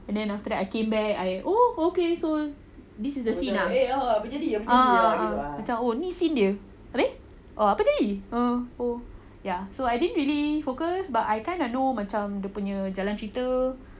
and then after that I came back I oh okay so this is the scene ah ah ah oh ni scene dia abeh apa dah jadi uh oh ya so I didn't really focus but I kind of know macam dia punya jalan cerita